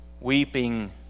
weeping